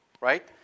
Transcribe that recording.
right